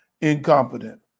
incompetent